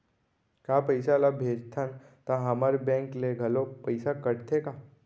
का पइसा ला भेजथन त हमर बैंक ले घलो पइसा कटथे का?